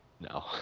No